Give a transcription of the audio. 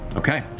okay.